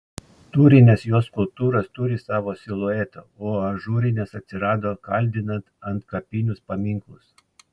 tūrinės jo skulptūros turi savo siluetą o ažūrinės atsirado kaldinant antkapinius paminklus